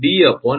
013